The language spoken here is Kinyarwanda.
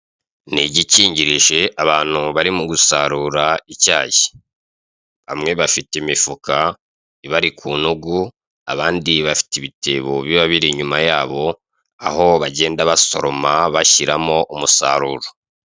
Ni igikingirije abantu bari mu gusarura icyayi, bamwe bafite imifuka ibari ku nyugu abandi bafite ibitebo biba biri inyuma yabo aho bagenda basoroma bashyiramo umusaruro.